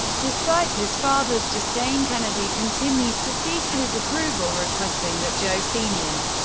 despite his father's disdain, kennedy continued to seek his approval, requesting that joe sr.